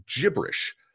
gibberish